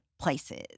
places